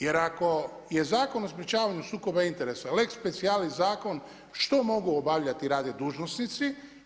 Jer ako je Zakon o sprječavanju sukoba interesa lex specialis zakon što mogu obavljati i raditi dužnosnici.